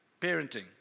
parenting